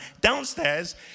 Downstairs